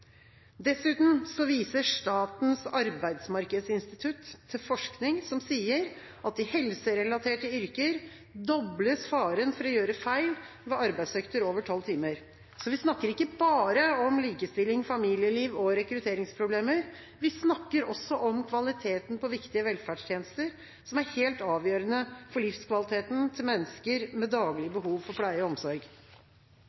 Dessuten viser Statens arbeidsmarkedsinstitutt til forskning som sier at i helserelaterte yrker dobles faren for å gjøre feil ved arbeidsøkter over 12 timer. Vi snakker ikke bare om likestilling, familieliv og rekrutteringsproblemer, vi snakker også om kvaliteten på viktige velferdstjenester, som er helt avgjørende for livskvaliteten til mennesker med daglig behov for pleie og omsorg.